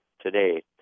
today